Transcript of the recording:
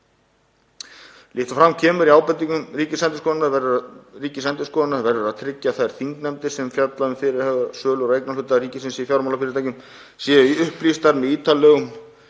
Líkt og fram kemur í ábendingum Ríkisendurskoðunar verður að tryggja að þær þingnefndir sem fjalla um fyrirhugaða sölu á eignarhluta ríkisins í fjármálafyrirtækjum séu upplýstar með ítarlegum